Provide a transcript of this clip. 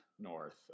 North